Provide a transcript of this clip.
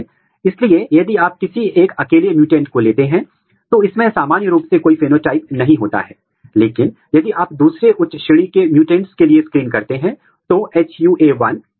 बेशक बहुत सारे आरएनए हैं जो प्रोटीन में ट्रांसलेटेड किए बिना काम कर रहे हैं लेकिन सामान्य मामलों में या आमतौर पर आरएनए ट्रांसलेशन की प्रक्रिया से गुजर रहे हैं और वे प्रोटीन बना रहे हैं